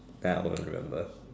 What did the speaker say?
then I will remember